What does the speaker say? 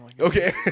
Okay